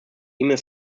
emir